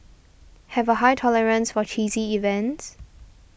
have a high tolerance for cheesy events